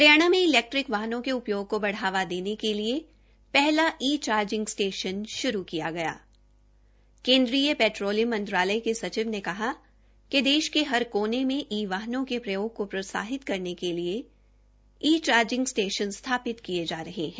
हरियाणा में इलेक्ट्रिक वाहनों के उपयोग को बढ़ावा देने के लिए पहला ई चार्जिंग स्टेशन शुरू किया गया केन्द्रीय पैट्रालियम मंत्रालय के सचिव ने कहा कि देश के हर कोने मे ई वाहनों के प्रयोग को प्रोत्साहित करने के लिए ई चार्जिंग स्टेशन स्थापित किये जा रहे है